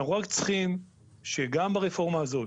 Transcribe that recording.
אנחנו רק צריכים שגם ברפורמה הזאת,